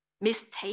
mistake